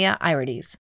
irides